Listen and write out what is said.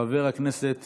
חבר הכנסת